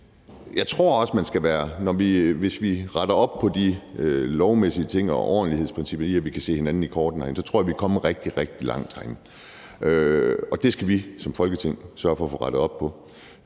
noget diskrepans der. Hvis vi retter op på de lovmæssige ting i forhold til ordentlighedsprincippet i, at vi kan kigge hinanden i kortene herinde, så tror jeg, at vi er kommet rigtig, rigtig langt herinde. Det skal vi som Folketing sørge for at få rettet op på,